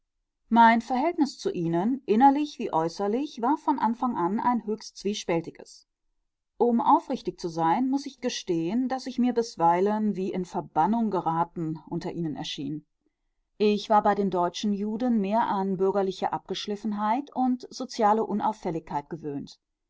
mein verhältnis zu ihnen innerlich wie äußerlich war von anfang an ein höchst zwiespältiges um aufrichtig zu sein muß ich gestehen daß ich mir bisweilen wie in verbannung geraten unter ihnen erschien ich war bei den deutschen juden mehr an bürgerliche abgeschliffenheit und soziale unauffälligkeit gewöhnt